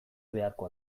beharko